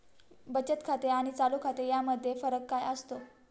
बचत खाते आणि चालू खाते यामध्ये फरक काय असतो?